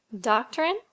doctrine